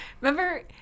Remember